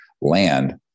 land